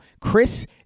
Chris